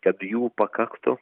kad jų pakaktų